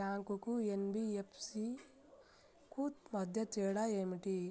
Bank కు NBFC కు మధ్య తేడా ఏమిటి?